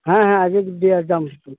ᱦᱮᱸ ᱦᱮᱸ ᱟᱡᱚᱫᱤᱭᱟᱹ ᱡᱟᱢ ᱤᱥᱠᱩᱞ